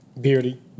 Beardy